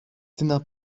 tyna